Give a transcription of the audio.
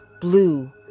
blue